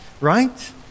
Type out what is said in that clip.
right